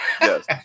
yes